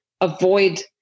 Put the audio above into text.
avoid